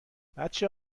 بچه